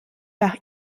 par